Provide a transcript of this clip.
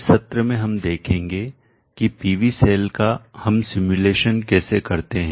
इस सत्र में हम देखेंगे कि PV सेल का हम सिमुलेशन कैसे करते हैं